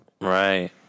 Right